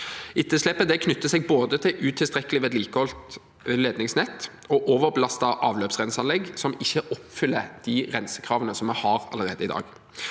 Etterslepet knytter seg både til et utilstrekkelig vedlikeholdt ledningsnett og til et overbelastet avløpsrenseanlegg som ikke oppfyller de rensekravene vi har allerede i dag.